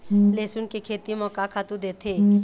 लेसुन के खेती म का खातू देथे?